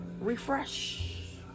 Refresh